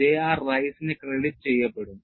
റൈസിന് ക്രെഡിറ്റ് ചെയ്യപ്പെടും